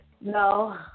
No